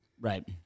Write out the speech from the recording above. Right